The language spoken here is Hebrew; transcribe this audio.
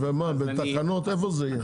ומה, בתקנות, איפה זה יהיה?